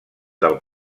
del